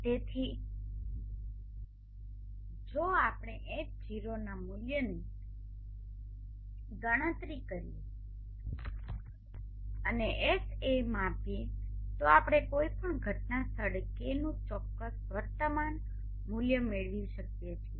તેથી જો આપણે H૦ના મુલ્યની ગણતરી કરીએ અને Ha માપીએ તો આપણે કોઈપણ ઘટના સ્થળે KTનુ ચોક્કસ વર્તમાન મૂલ્ય મેળવી શકીએ છીએ